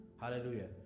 hallelujah